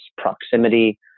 proximity